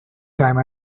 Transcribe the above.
time